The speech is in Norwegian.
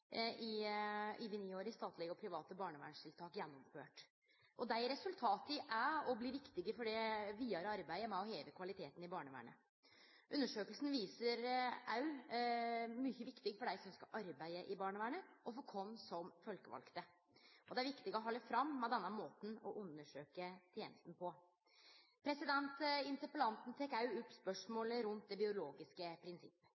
ni år i statlege og private barnevernstiltak gjennomført. Dei resultata er, og blir, viktige for det vidare arbeidet med å heve kvaliteten i barnevernet. Undersøkinga er òg viktig for dei som skal arbeide i barnevernet, og for oss som folkevalde. Det er viktig å halde fram med denne måten å undersøkje tenesta på. Interpellanten tek òg opp spørsmålet rundt det biologiske prinsippet.